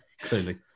Clearly